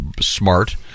smart